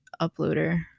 uploader